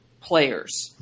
players